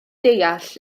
deall